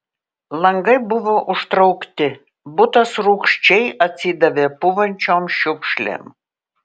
langai buvo užtraukti butas rūgščiai atsidavė pūvančiom šiukšlėm